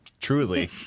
Truly